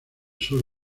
sur